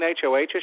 HOH